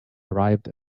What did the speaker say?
arrived